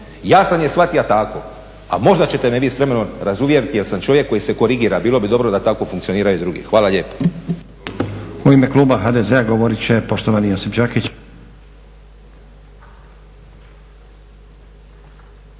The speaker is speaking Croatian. Ja sam je shvatija tako, a možda ćete me vi s vremenom razuvjeriti jer sam čovjek koji se korigira. Bilo bi dobro da tako funkcioniraju i drugi. Hvala lijepo.